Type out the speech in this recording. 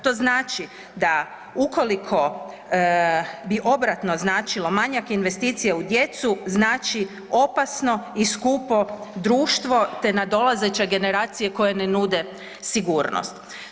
To znači da ukoliko bi obratno značilo manjak investicije u djecu, znači opasno i skupo društvo te nadolazeća generacija koje ne nude sigurnost.